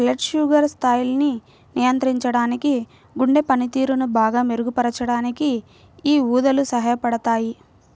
blood sugar స్థాయిల్ని నియంత్రించడానికి, గుండె పనితీరుని బాగా మెరుగుపరచడానికి యీ ఊదలు సహాయపడతయ్యి